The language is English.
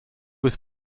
was